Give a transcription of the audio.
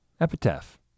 epitaph